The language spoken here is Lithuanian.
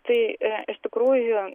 tai iš tikrųjų